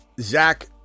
Zach